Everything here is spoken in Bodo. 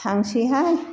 थांसैहाय